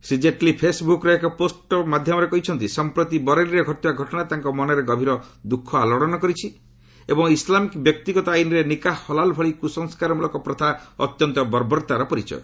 ଶ୍ରୀ ଜେଟ୍ଲୀ ଫେସ୍ବୁକ୍ର ଏକ ପୋଷ୍ଟ ମାଧ୍ୟମରେ କହିଛନ୍ତି ସମ୍ପ୍ରତି ବରେଲୀରେ ଘଟିଥିବା ଘଟଣା ତାଙ୍କ ମନରେ ଗଭୀର ଦୁଃଖ ଆଲୋଡ଼ନ କରିଛି ଏବଂ ଇସ୍ଲାମିକ ବ୍ୟକ୍ତିଗତ ଆଇନରେ ନିକାହ ହଲାଲ୍ ଭଳି କୁସଂସ୍କାରମଳକ ପ୍ରଥା ଅତ୍ୟନ୍ତ ବର୍ବରତାର ପରିଚୟ